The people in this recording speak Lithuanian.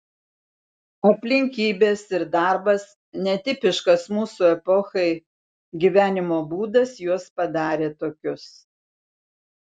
aplinkybės ir darbas netipiškas mūsų epochai gyvenimo būdas juos padarė tokius